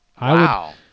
Wow